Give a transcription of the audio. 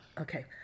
Okay